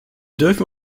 dürfen